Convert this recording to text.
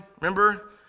Remember